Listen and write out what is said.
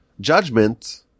judgment